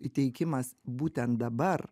įteikimas būtent dabar